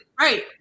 Right